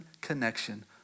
connection